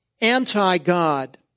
anti-God